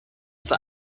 for